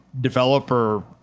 developer